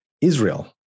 Israel